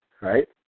right